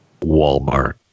Walmart